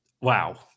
Wow